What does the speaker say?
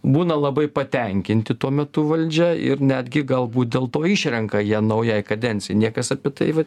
būna labai patenkinti tuo metu valdžia ir netgi galbūt dėl to išrenka ją naujai kadencijai niekas apie tai vat